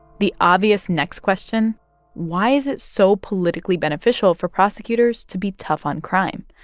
the obvious next question why is it so politically beneficial for prosecutors to be tough on crime?